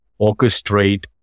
orchestrate